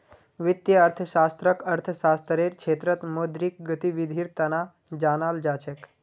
वित्तीय अर्थशास्त्ररक अर्थशास्त्ररेर क्षेत्रत मौद्रिक गतिविधीर तना जानाल जा छेक